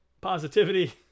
positivity